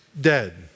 dead